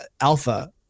Alpha